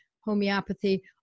homeopathy